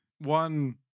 One